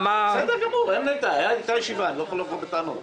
בסדר גמור, הייתה ישיבה, אני לא יכול לבוא בטענות.